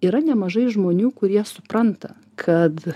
yra nemažai žmonių kurie supranta kad